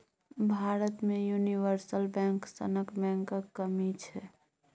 भारत मे universal bank सनक बैंकक कमी छै